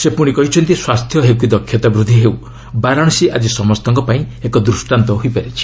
ସେ ପ୍ରଶି କହିଛନ୍ତି ସ୍ୱାସ୍ଥ୍ୟ ହେଉ କି ଦକ୍ଷତା ବୃଦ୍ଧି ହେଉ ବାରାଣସୀ ଆଜି ସମସ୍ତଙ୍କ ପାଇଁ ଏକ ଦୃଷ୍ଟାନ୍ତ ହୋଇପାରିଛି